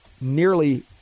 nearly